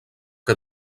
que